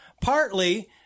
partly